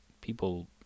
people